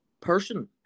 person